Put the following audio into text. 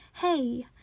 hey